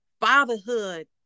fatherhood